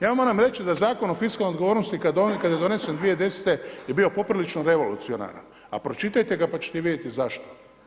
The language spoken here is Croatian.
Ja vam moram reći da Zakon o fiskalnoj odgovornosti kada je donesen 2010. je bio poprilično revolucionaran, a pročitajte ga pa ćete vidjeti zašto.